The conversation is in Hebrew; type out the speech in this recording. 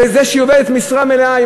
זה שהיא עובדת משרה מלאה,